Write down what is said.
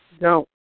No